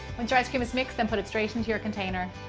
once your ice cream is mixed, then put it straight into your container.